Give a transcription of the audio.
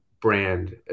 brand